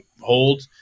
hold